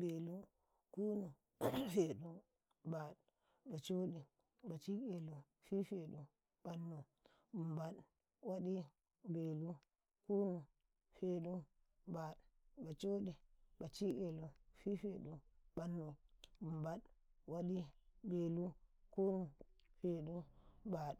ɓelu, kunu, feɗu, baɗ, bacoɗi, baci'elu, fifedu, ƃannu, himbaɗ, waɗi belu, ku nu, feɗu, baɗ.